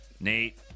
Nate